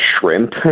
shrimp